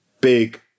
big